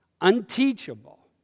Unteachable